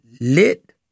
Lit